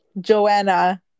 Joanna